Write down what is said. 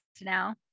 now